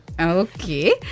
Okay